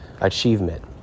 achievement